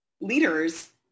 leaders